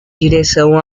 direção